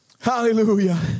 Hallelujah